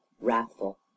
wrathful